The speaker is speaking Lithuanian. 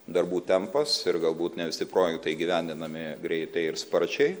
darbų tempas ir galbūt ne visi projektai įgyvendinami greitai ir sparčiai